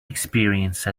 experience